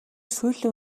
сүүлийн